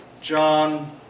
John